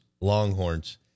Longhorns